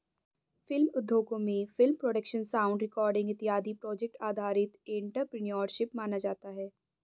film उद्योगों में film production sound recording इत्यादि प्रोजेक्ट आधारित एंटरप्रेन्योरशिप माना जाता है